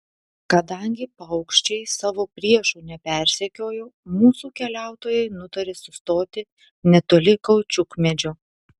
kadangi paukščiai savo priešų nepersekiojo mūsų keliautojai nutarė sustoti netoli kaučiukmedžio